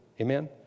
Amen